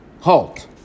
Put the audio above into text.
Halt